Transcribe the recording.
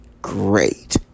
great